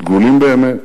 דגולים באמת,